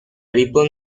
ripon